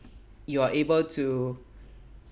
you are able to